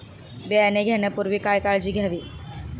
बियाणे घेण्यापूर्वी काय काळजी घ्यावी?